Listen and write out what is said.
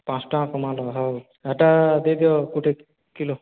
ପାଞ୍ଚ୍ ଟଙ୍କା କମାଲ ହଉ ହେଟା ଦେଇଦିଅ ଗୁଟେ କିଲୋ